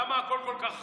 למה הכול כל כך רע?